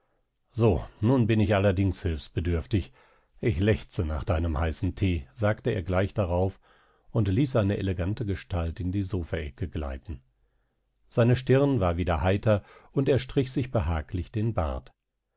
so nun bin ich allerdings hilfsbedürftig ich lechze nach deinem heißen thee sagte er gleich darauf und ließ seine elegante gestalt in die sofaecke gleiten seine stirn war wieder heiter und er strich sich behaglich den bart